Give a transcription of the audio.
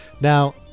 Now